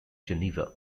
geneva